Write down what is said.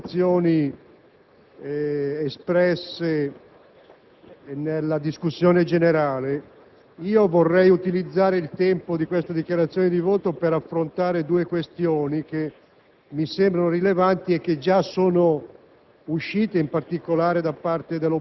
richiamandomi alle motivazioni espresse in sede di discussione generale. Vorrei utilizzare il tempo a mia disposizione per affrontare due questioni che mi sembrano rilevanti e che già sono